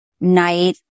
night